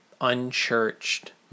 unchurched